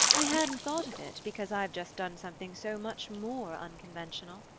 i hadn't thought of it, because i've just done something so much more unconventional.